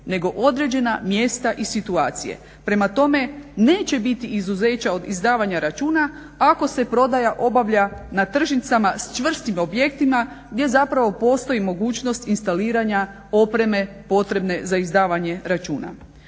nego određena mjesta i situacije. Prema tome, neće biti izuzeća od izdavanja računa ako se prodaja obavlja na tržnicama s čvrstim objektima gdje zapravo postoji mogućnost instaliranja opreme potrebne za izdavanje računa.